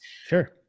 Sure